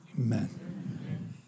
Amen